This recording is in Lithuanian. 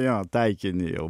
jo taikinį jau